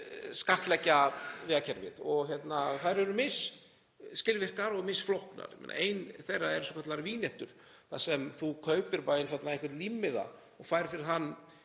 skattleggja vegakerfið og þær eru misskilvirkar og misflóknar. Ein þeirra eru svokallaðar „vignettur“ þar sem þú kaupir einfaldlega einhvern límmiða og færð fyrir hann